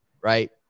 right